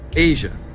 asia,